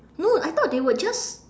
no I thought they would just